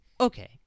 Okay